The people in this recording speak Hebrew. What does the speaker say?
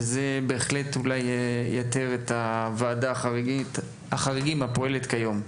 וזה בהחלט אולי ייתר את ועדת החריגים הפועלת כיום.